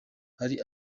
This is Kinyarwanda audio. hari